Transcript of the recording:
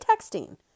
texting